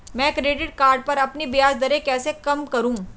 मैं credit card पर अपनी ब्याज दरें कैसे कम करूँ?